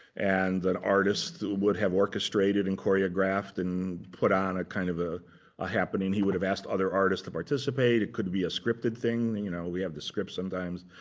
and the artist would have orchestrated and choreographed and put on a kind of ah a happening. he would have asked other artists to participate. it could be a scripted thing. and you know we have the scripts sometimes.